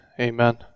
Amen